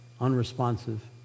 unresponsive